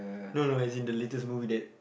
no no as in the latest movie that